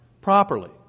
properly